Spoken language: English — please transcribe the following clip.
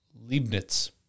Leibniz